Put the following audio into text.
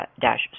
dash